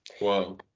Wow